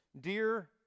Dear